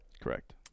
Correct